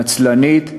נצלנית,